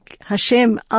Hashem